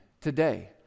today